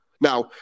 Now